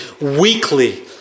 weekly